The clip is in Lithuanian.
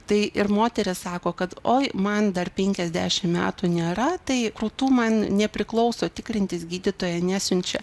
tai ir moterys sako kad oi man dar penkiasdešim metų nėra tai krūtų man nepriklauso tikrintis gydytoja nesiunčia